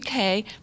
UK